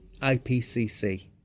IPCC